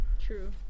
True